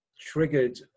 triggered